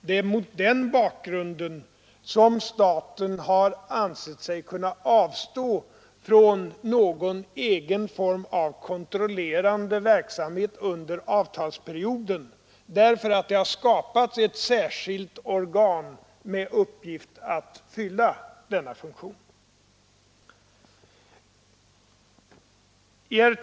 Det är mot den bakgrunden som staten har ansett sig kunna avstå från någon egen kontrollerande verksamhet under avtalsperioden. Det har ju skapats ett särskilt organ med uppgift att fylla den funktionen.